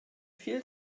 viel